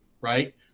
right